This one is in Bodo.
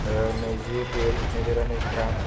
नैजि एप्रिल नैरोजा नैजिथाम